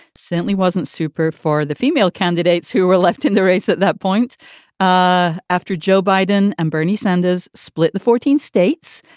simply wasn't super for the female candidates who were left in the race at that point ah after joe biden and bernie sanders split the fourteen states.